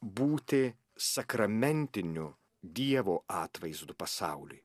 būti sakramentiniu dievo atvaizdu pasauly